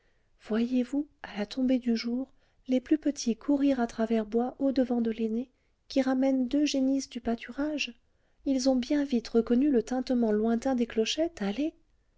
voyez-vous à la tombée du jour les plus petits courir à travers bois au-devant de l'aîné qui ramène deux génisses du pâturage ils ont bien vite reconnu le tintement lointain des clochettes allez